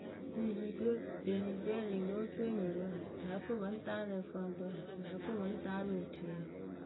figidɛrɩyǝ lóo toŋ enyipǝ pɨ lǝ́ǝ fɨ pɨ ŋ taarɨ ǝfǝŋpǝ pɨ lǝ́ǝ fɨ pɨ ŋ taarɨ otuyǝ.